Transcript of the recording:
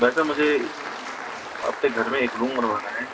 भाई साहब मुझे आपसे घर में एक रूम बनवाना है